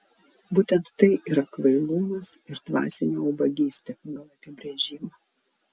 būtent tai yra kvailumas ir dvasinė ubagystė pagal apibrėžimą